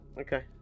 okay